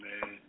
man